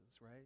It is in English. right